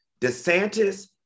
DeSantis